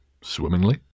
swimmingly